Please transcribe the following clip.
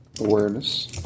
awareness